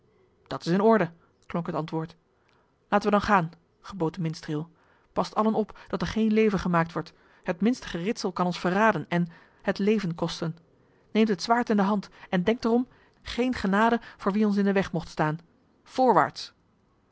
dat is in orde klonk het antwoord laten we dan gaan gebood de minstreel past allen op dat er geen leven gemaakt wordt het minste geritsel kan ons verraden en het leven kosten neemt het zwaard in de hand en denkt er om geen genade voor wie ons in den weg mocht staan voorwaarts